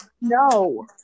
No